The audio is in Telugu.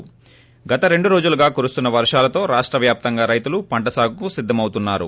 ి గత రెండు రోజులుగా కురుస్తున్న వర్షాలతో రాష్ట వ్యాప్తంగా రైతులు పంట సాగుకు సిద్దం అవుతున్నారు